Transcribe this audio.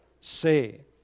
say